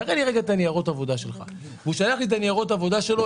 תראה לי רגע את הניירות עבודה שלך והוא שלח לי את הניירות עבודה שלו,